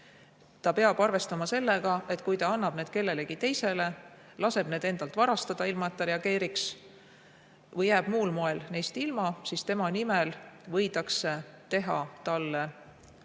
Ta peab arvestama sellega, et kui ta annab need kellelegi teisele, laseb need endalt varastada, ilma et ta reageeriks, või jääb muul moel neist ilma, siis tema nimel võidakse teha talle väga